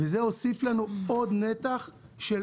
וזה הוסיף לנו נתח של